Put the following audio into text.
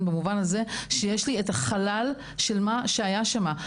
במובן הזה שיש לי את החלל של מה שהיה שם.